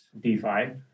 DeFi